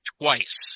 twice